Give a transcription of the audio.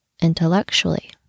intellectually